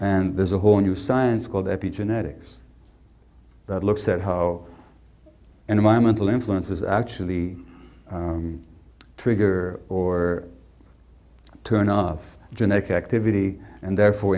and there's a whole new science called epi genetics that looks at how and my mental influences actually trigger or turn off genetic activity and therefore